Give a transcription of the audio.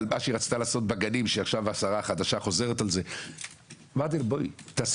אם הדבר היחיד שהוצאתי מהדיון הזה - והוצאנו